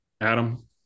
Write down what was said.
Adam